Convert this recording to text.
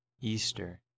Easter